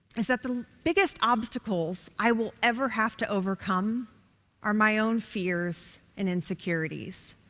is that the biggest obstacles i will ever have to overcome are my own fears and insecurities.